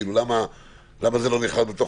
למה זה לא נכלל?